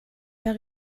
pas